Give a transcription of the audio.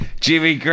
Jimmy